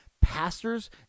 pastors